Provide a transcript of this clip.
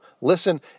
listen